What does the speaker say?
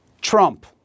Trump